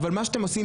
אבל מה שאתם עושים